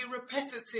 repetitive